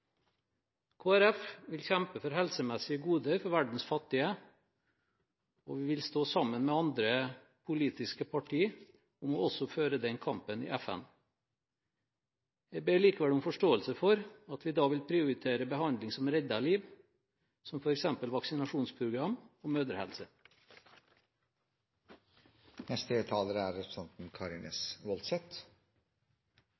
vil kjempe for helsemessige goder for verdens fattige, og vi vil stå sammen med andre politiske parti om å føre den kampen i FN. Jeg ber likevel om forståelse for at vi da vil prioritere behandling som redder liv, som f.eks. vaksinasjonsprogram og